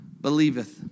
believeth